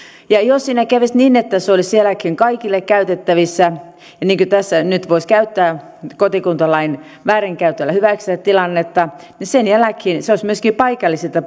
jos siinä kävisi niin että se olisi kaikilla käytettävissä niin kuin tässä nyt voisi käyttää kotikuntalain väärinkäytöllä hyväksi sitä tilannetta niin sen jälkeen tämä oikeutus olisi myös paikallisilta